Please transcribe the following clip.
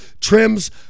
trims